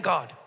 God